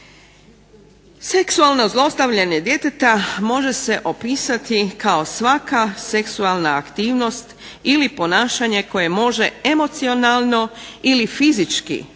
Seksualno zlostavljanje djeteta može se opisati kao svaka seksualna aktivnost ili ponašanje koje može emocionalno ili fizički ozlijediti